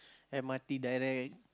m_r_t direct